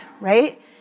right